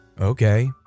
okay